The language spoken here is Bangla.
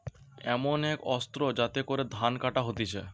এমন এক অস্ত্র যাতে করে ধান কাটা হতিছে